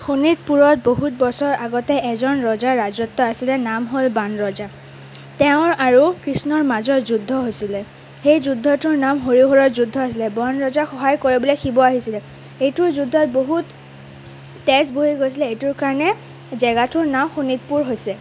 শোণিতপুৰত বহুত বছৰৰ আগতে এজন ৰজাৰ ৰাজত্ব আছিলে নাম হ'ল বাণৰজা তেওঁৰ আৰু কৃষ্ণৰ মাজত যুদ্ধ হৈছিলে সেই যুদ্ধটোৰ নাম হৰি হৰৰ যুদ্ধ আছিলে বাণ ৰজাক সহায় কৰিবলৈ শিৱ আহিছিলে সেইটো যুদ্ধত বহুত তেজ বৈ গৈছিলে সেইটোৰ কাৰণে জেগাটোৰ নাম শোণিতপুৰ হৈছে